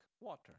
water